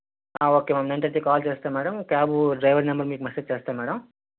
okay ma'am nine thirty కి call చేస్తాను madam cab driver number మీకు మెసేజ్ చేస్తాను మ్యాడమ్